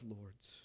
lords